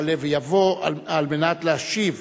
שיעלה ויבוא על מנת להשיב,